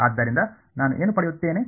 ಆದ್ದರಿಂದ ನಾನು ಏನು ಪಡೆಯುತ್ತೇನೆ